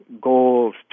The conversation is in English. goals